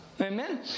Amen